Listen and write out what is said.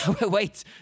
Wait